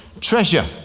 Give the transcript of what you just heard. treasure